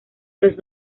los